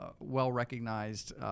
well-recognized